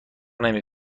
نمی